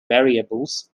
variables